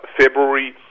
February